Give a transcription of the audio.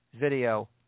video